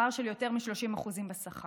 פער של יותר מ-30% בשכר,